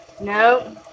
No